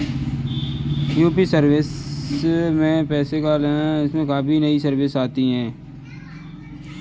UPI service से पैसे का लेन देन आसान है इसमें काफी नई सेवाएं भी आती रहती हैं